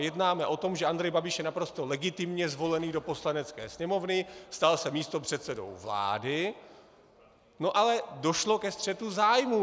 Jednáme o tom, že Andrej Babiš je naprosto legitimně zvolený do Poslanecké sněmovny, stal se místopředsedou vlády, ale došlo ke střetu zájmů.